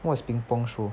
what is ping-pong show